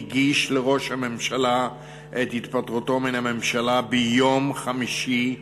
הגיש לראש הממשלה את התפטרותו מהממשלה ביום חמישי,